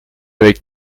avec